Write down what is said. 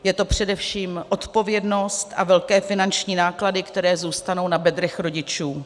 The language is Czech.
Je to především odpovědnost a velké finanční náklady, které zůstanou na bedrech rodičů.